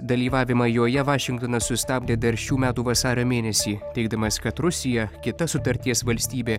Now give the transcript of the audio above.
dalyvavimą joje vašingtonas sustabdė dar šių metų vasario mėnesį teigdamas kad rusija kita sutarties valstybė